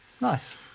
Nice